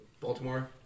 Baltimore